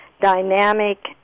dynamic